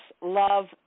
love